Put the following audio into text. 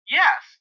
yes